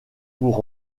pour